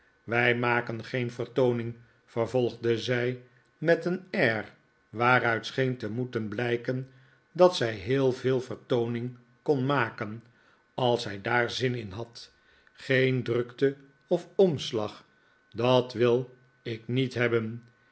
wij maken geen vertooning vervolgde zij met een air waaruit scheen te moeten blijken dat zij heel veel vertooning kon maken als zij daar zin in had geen drukte of omslag dat wil ik niet hebben